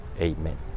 Amen